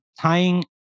tying